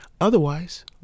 Otherwise